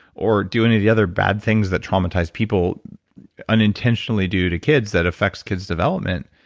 or do any of the other bad things that traumatized people unintentionally do to kids that affects kids' development.